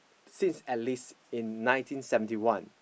since at least in nineteen seventy one